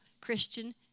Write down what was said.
Christian